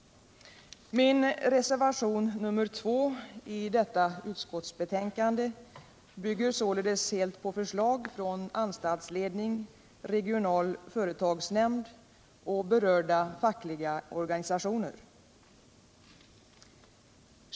Min reservation, nr 2, vid detta utskottsbetänkande bygger således helt på förslag från anstaltsledning, regional företagsnämnd och berörda fackliga organisationer.